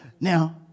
Now